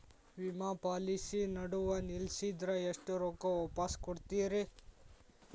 ವಿಮಾ ಪಾಲಿಸಿ ನಡುವ ನಿಲ್ಲಸಿದ್ರ ಎಷ್ಟ ರೊಕ್ಕ ವಾಪಸ್ ಕೊಡ್ತೇರಿ?